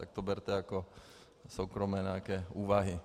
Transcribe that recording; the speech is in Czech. Tak to berte jako soukromé nějaké úvahy.